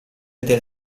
del